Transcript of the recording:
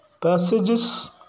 passages